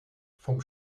vom